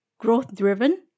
growth-driven